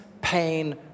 pain